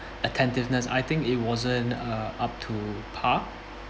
attentiveness I think it wasn't uh up to par